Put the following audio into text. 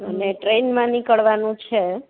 અને ટ્રેનમાં નીકળવાનું છે